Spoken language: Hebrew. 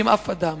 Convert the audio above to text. עם אף אדם.